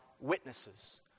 witnesses